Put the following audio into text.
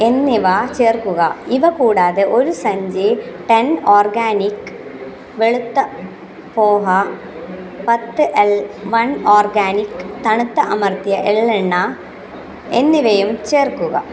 എന്നിവ ചേർക്കുക ഇവ കൂടാതെ ഒരു സഞ്ചി ടെൻ ഓർഗാനിക് വെളുത്ത പോഹ പത്ത് എൽ വൺ ഓർഗാനിക് തണുത്ത അമർത്തിയ എള്ളെണ്ണ എന്നിവയും ചേർക്കുക